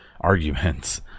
arguments